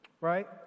right